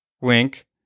wink